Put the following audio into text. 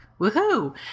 Woohoo